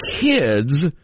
kids